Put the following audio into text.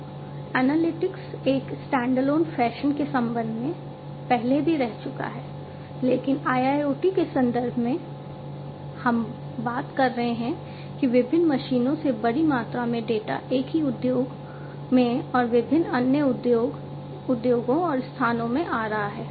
अब एनालिटिक्स एक standalone fashion के संबंध में पहले भी रह चुका है लेकिन IIoT के संदर्भ में हम बात कर रहे हैं कि विभिन्न मशीनों से बड़ी मात्रा में डेटा एक ही उद्योग में और विभिन्न अन्य उद्योगों और स्थानों में आ रहा है